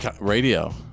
Radio